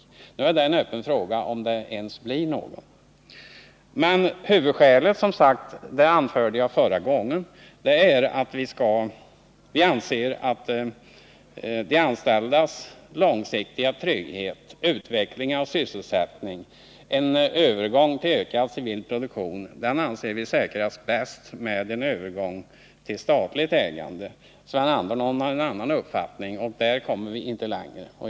Nu är det en öppen fråga om det över huvud taget blir någonting alls. Huvudskälet är, som sagt, att enligt vår mening de anställdas långsiktiga trygghet, utveckling och sysselsättning samt en övergång till större civil produktion bäst säkras genom en övergång till statligt ägande. Sven Andersson har en annan uppfattning, men här kommer vi inte längre.